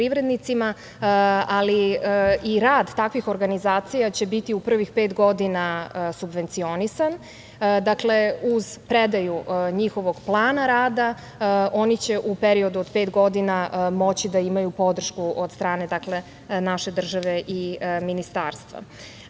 ali i rad takvih organizacija će biti u prvih pet godina subvencionisan. Dakle, uz predaju njihovog plana rada, oni će u periodu od pet godina moći da imaju podršku od strane naše države i ministarstva. Jako